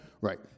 Right